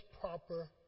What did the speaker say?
proper